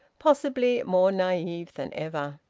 possibly more naive than ever.